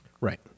Right